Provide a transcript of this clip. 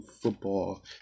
football